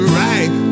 right